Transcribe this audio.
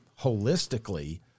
holistically